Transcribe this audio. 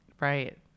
Right